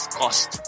cost